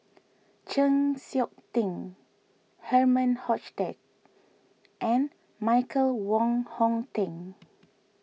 Chng Seok Tin Herman Hochstadt and Michael Wong Hong Teng